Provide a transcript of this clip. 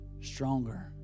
stronger